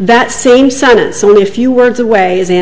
that same site is only a few words away is an